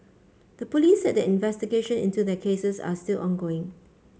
the police said that investigation into their cases are still ongoing